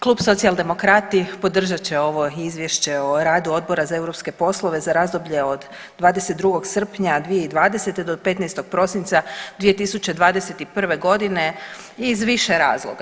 Klub Socijaldemokrati podržat će ovo Izvješće o radu Odbora za europske poslove za razdoblje od 22. srpnja 2020. do 15. prosinca 2021. godine iz više razloga.